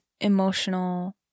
emotional